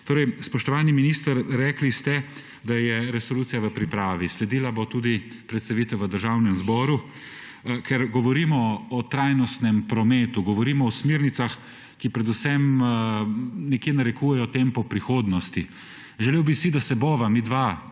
krajev. Spoštovani minister, rekli ste, da je resolucija v pripravi, sledila bo tudi predstavitev v Državnem zboru. Ker govorimo o trajnostnem prometu, govorimo o smernicah, ki predvsem nekje narekujejo tempo prihodnosti. Želel bi si, da se bova midva